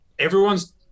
Everyone's